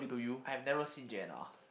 I've never seen J_N_R